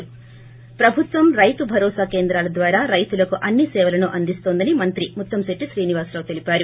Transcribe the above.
ి ప్రభుత్వం రైతు భరోసా కేంద్రాల ద్వారా రైతులకు అన్ని సేవలను అందిస్తుందని మంత్రి ముత్తంశెట్టి శ్రీనివాసరావు చెప్పారు